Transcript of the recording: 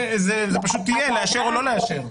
זה פשוט יהיה לאשר או לא לאשר.